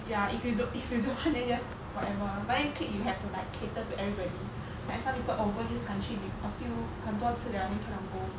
ya if you don't if you don't want then just whatever but then clique you have to like cater to everybody like some people over this country with a few 很多次了 then cannot go